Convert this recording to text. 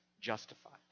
justified